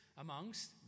amongst